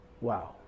wow